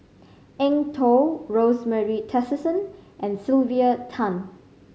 Eng Tow Rosemary Tessensohn and Sylvia Tan